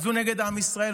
הוא נגד עם ישראל,